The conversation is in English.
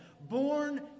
Born